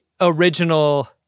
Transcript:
original